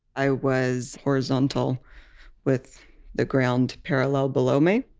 i was horizontal with the ground parallel below me.